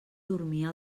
dormia